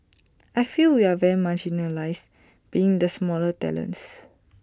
I feel we are very marginalised being the smaller tenants